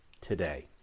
today